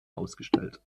ausgestellt